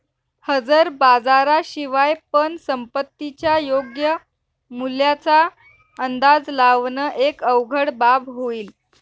हजर बाजारा शिवाय पण संपत्तीच्या योग्य मूल्याचा अंदाज लावण एक अवघड बाब होईल